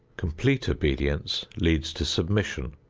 complete obedience leads to submission,